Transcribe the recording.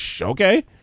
okay